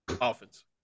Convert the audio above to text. offense